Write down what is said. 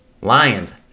Lions